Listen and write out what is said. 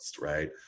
Right